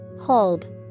Hold